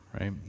right